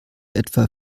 etwa